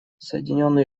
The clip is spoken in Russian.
соединенные